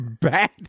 bad